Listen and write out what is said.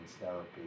therapy